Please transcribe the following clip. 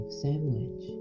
sandwich